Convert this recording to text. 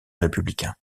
républicain